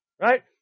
Right